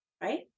Right